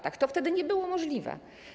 To wtedy nie było możliwe.